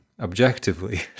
objectively